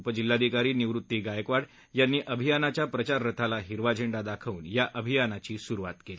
उपजिल्हाधिकारी निवृत्ती गायकवाड यांनी अभियानाच्या प्रचार रथाला हिरवा झेंडा दाखवून या अभियानाची सुरुवात केली